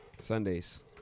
Sundays